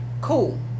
cool